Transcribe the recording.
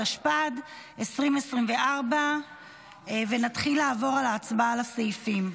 התשפ"ד 2024. נתחיל בהצבעה על הסעיפים.